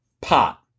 pot